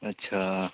अच्छा